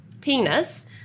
penis